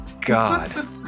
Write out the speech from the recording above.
God